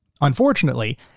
Unfortunately